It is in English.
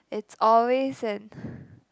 it's always an